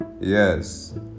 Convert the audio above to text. yes